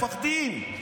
מפחדים.